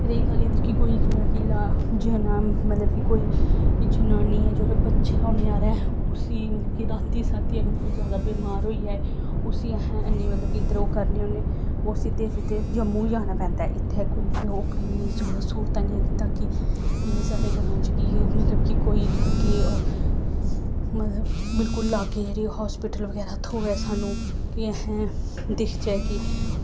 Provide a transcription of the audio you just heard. रेही गल्ल इद्धर कि कोई जि'यां कि ला जि'यां ना मतलब कि कोई जनानी ऐ जिसदे बच्चा होने आह्ला ऐ उस्सी मतलब कि राती साती अगर कोई जैदा बमार होई जाए उस्सी अस हैन्नी मतलब कि इद्धर ओह् करने होन्नें ओह् सिद्धे सिद्धे जम्मू गै जाना पैंदा ऐ इत्थै कोई ओह्कड़ी स्हूलतां निं हैं ताकि जि'यां साढ़े ग्रां च कि मतलब कि कोई लाग्गै ओह् मतलब बिल्कुल लाग्गै जेह्ड़ी ओह् हास्पिटल बगैरा थ्होऐ सानूं फ्ही अस दिखचै कि